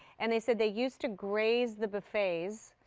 and they said they used to graze the buffets,